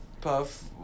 Puff